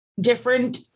different